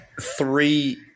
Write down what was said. three